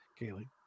Kaylee